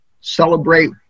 Celebrate